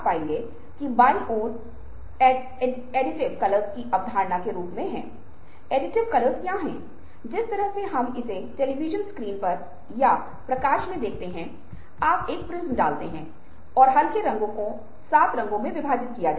आप जानते हैं कि थॉमस एडिसन ने अपने प्रकाश बल्ब फिलामेंट के लिए अनगिनत पदार्थों की कोशिश की